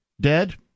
dead